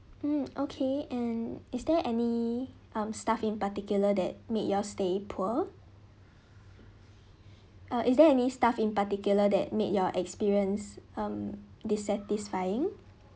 mm okay and is there any um staff in particular that make your stay poor uh is there any staff in particular that made your experience um dissatisfying